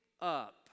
up